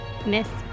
Miss